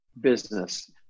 business